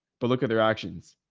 but look at their actions.